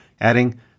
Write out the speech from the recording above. adding